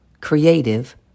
creative